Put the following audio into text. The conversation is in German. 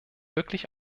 wirklich